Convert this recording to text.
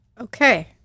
Okay